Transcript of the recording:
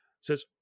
says